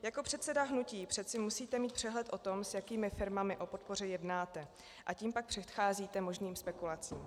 Jako předseda hnutí přeci musíte mít přehled o tom, s jakými firmami o podpoře jednáte, a tím pak předcházíte možným spekulacím.